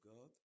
God